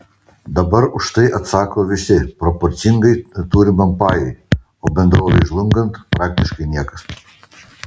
dabar už tai atsako visi proporcingai turimam pajui o bendrovei žlungant praktiškai niekas